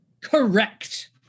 correct